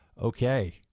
Okay